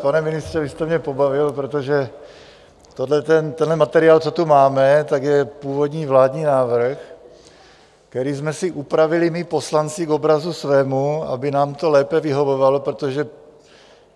Pane ministře, vy jste mě pobavil, protože tenhle materiál, co tu máme, je původní vládní návrh, který jsme si upravili my poslanci k obrazu svému, aby nám to lépe vyhovovalo, protože